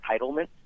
entitlement